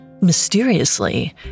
Mysteriously